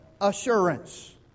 assurance